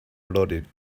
loaded